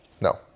No